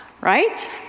right